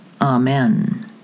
Amen